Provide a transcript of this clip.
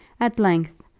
at length,